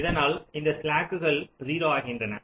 இதனால் இந்த ஸ்லாக்குகள் 0 ஆகின்றன